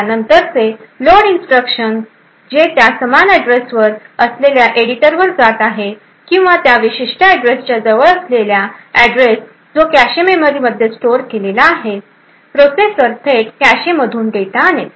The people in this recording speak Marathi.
त्यानंतरचे लोड इन्स्ट्रक्शन जे त्या समान ऍड्रेसवर असलेल्या एडिटर वर जात आहे किंवा त्या विशिष्ट ऍड्रेसच्या जवळ असलेल्या ऍड्रेस जो कॅशे मेमरीमध्ये स्टोअर केलेला आहे प्रोसेसर थेट कॅशेमधून डेटा आणेल